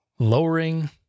lowering